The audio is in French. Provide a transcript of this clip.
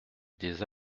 des